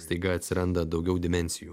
staiga atsiranda daugiau dimensijų